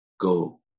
go